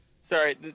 Sorry